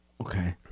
Okay